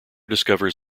discovers